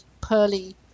pearly